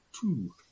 two